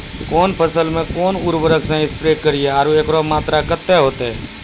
कौन फसल मे कोन उर्वरक से स्प्रे करिये आरु एकरो मात्रा कत्ते होते?